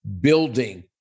building